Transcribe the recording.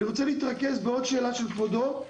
אני רוצה להתרכז בעוד שאלה של כבודו.